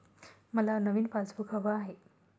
मला नवीन पासबुक हवं आहे